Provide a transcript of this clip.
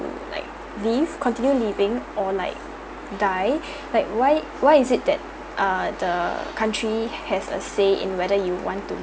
to like live continue living or like die like why why is it that ah the country has a say in whether you know want to